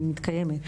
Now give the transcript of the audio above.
היא מתקיימת.